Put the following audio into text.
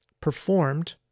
performed